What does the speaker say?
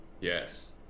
Yes